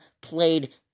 played